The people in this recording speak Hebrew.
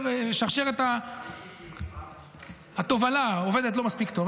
שרשרת התובלה עובדת לא מספיק טוב,